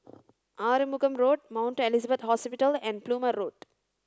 Arumugam Road Mount Elizabeth Hospital and Plumer Road